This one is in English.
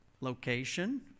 location